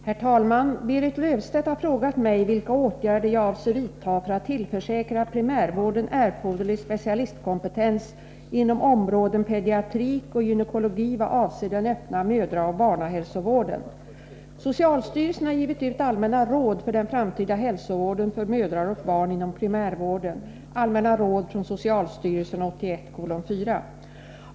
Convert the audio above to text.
Herr talman! Berit Löfstedt har frågat mig vilka åtgärder jag avser vidta för att tillförsäkra primärvården erforderlig specialistkompetens inom områdena pediatrik och gynekologi vad avser den öppna mödraoch barnhälsovården.